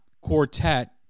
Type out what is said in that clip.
quartet